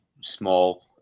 small